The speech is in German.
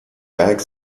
werk